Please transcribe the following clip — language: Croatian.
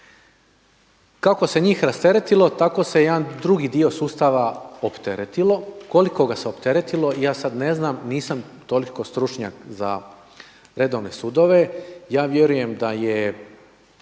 Kako se njih rasteretilo tako se jedan drugi dio sustava opteretilo, koliko ga se opteretilo. I ja sada ne znam, nisam toliko stručnjak za redovne sudove. Ja vjerujem da je